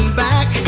back